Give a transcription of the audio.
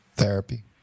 Therapy